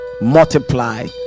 multiply